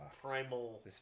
primal